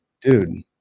Dude